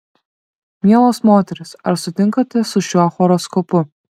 mielos moterys ar sutinkate su šiuo horoskopu